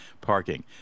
parking